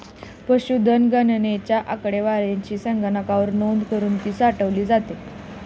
पशुधन गणनेच्या आकडेवारीची संगणकावर नोंद करुन ती साठवली जाते